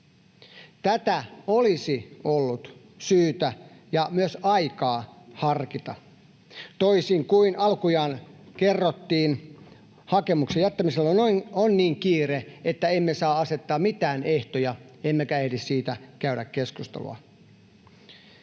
Tätä olisi ollut syytä ja myös aikaa harkita, toisin kuin alkujaan kerrottiin: ”hakemuksen jättämisellä on niin kiire, että emme saa asettaa mitään ehtoja emmekä ehdi siitä käydä keskustelua”.